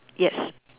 yes